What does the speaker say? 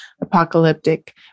apocalyptic